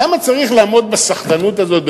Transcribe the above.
למה צריך לעמוד בסחטנות הזאת,